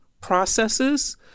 processes